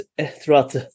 throughout